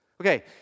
Okay